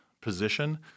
position